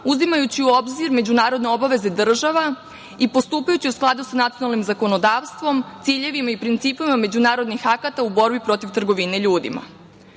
uzimajući u obzir međunarodne obaveze država i postupajući u skladu sa nacionalnim zakonodavstvom, ciljevima i principima međunarodnih akata u borbi protiv trgovine ljudima. Odnos